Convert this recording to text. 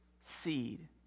seed